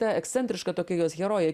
ta ekscentriška tokia jos herojė